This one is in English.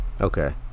Okay